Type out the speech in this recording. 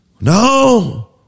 No